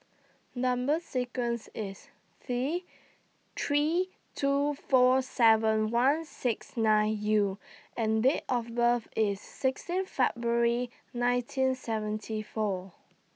Number sequence IS C three two four seven one six nine U and Date of birth IS sixteen February nineteen seventy four